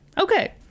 okay